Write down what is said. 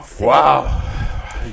Wow